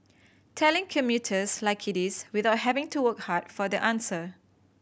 telling commuters like it is without having to work hard for the answer